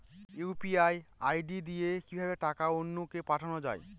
UPI ID দিয়ে কিভাবে টাকা অন্য কে পাঠানো যায়?